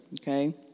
Okay